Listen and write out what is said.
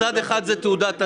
מצד אחד זו תעודת עניות,